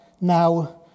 now